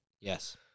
Yes